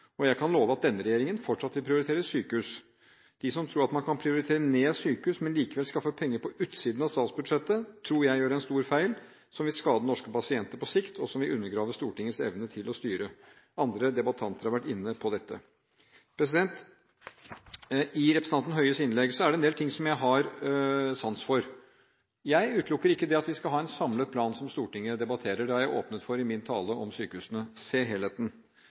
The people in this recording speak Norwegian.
Og jeg kan love at denne regjeringen fortsatt vil prioritere sykehus. De som tror at man kan prioritere ned sykehus, men likevel skaffe penger på utsiden av statsbudsjettet, tror jeg gjør en stor feil som vil skade norske pasienter på sikt, og som vil undergrave Stortingets evne til å styre. Andre debattanter har vært inne på dette. I representanten Høies innlegg er det en del ting som jeg har sans for. Jeg utelukker ikke at vi skal ha en samlet plan som Stortinget debatterer, det har jeg åpnet for i min tale om sykehusene – det å se helheten.